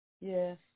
Yes